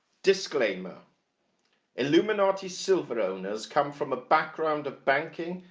disclaimer illuminati silver owners come from a background of banking,